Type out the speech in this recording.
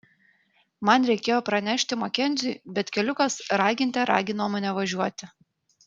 man reikėjo pranešti makenziui bet keliukas raginte ragino mane važiuoti